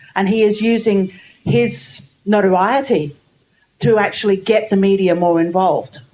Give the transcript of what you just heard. and he is using his notoriety to actually get the media more involved.